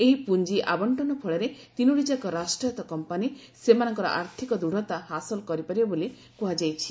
ଏହି ପୁଞ୍ଜି ଆବଶ୍ଚନ ଫଳରେ ତିନୋଟିଯାକ ରାଷ୍ଟ୍ରାୟତ୍ତ କମ୍ପାନି ସେମାନଙ୍କର ଆର୍ଥିକ ଦୂଢ଼ତା ହାସଲ କରିପାରିବେ ବୋଲି କୁହାଯାଇଛି